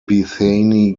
bethany